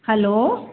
hello